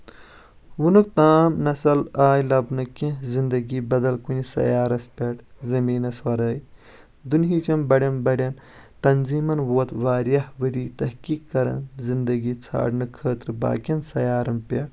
وُنیُک تام نسا آیہِ لبنہٕ کیٚنٛہہ زندگی بدل کُنہِ سیارَس پٮ۪ٹھ زمیٖنَس ورٲے دُنہچن بڑٮ۪ن بڑٮ۪ن تنظیٖمن ووت واریاہ ؤری تٔحقیٖق کران زِنٛدگی ژھانٛڈنہٕ خأطرٕ باقین سیارن پٮ۪ٹھ